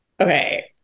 okay